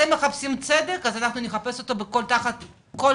אתם מחפשים צדק, אז אנחנו נחפש אותו תחת כל